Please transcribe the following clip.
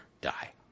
die